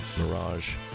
Mirage